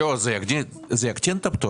זה יקטין את הפטור.